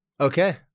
Okay